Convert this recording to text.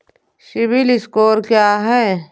CIBIL score क्या है?